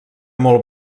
molt